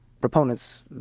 proponents